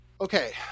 Okay